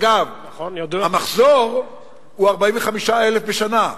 אגב, המחזור הוא 45,000 בשנה.